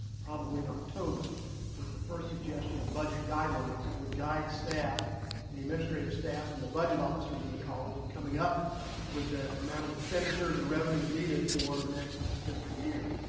probably in october was the first suggestion of budget guidelines that would guide staff and the administrative staff and the budget officers in the college in coming up with the amount of expenditures and revenues needed for the next fiscal year.